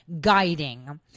guiding